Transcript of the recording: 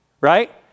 right